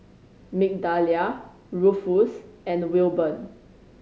Migdalia Ruffus and Wilburn